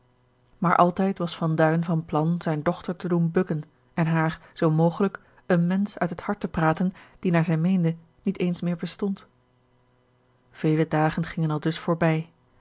maar altijd was van duin van plan zijne dochter te doen bukken en haar zoo mogelijk een mensch uit het hart te praten die naar zij meende niet eens meer bestond vele dagen gingen aldus voorbij